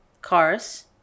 cars